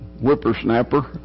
whippersnapper